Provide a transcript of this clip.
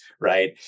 right